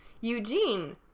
Eugene